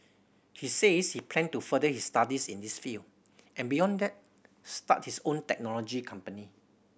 he says he plan to further his studies in this field and beyond that start his own technology company